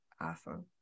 awesome